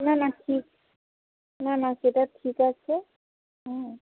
না না ঠিক না না সেটা ঠিক আছে হুম